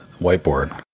whiteboard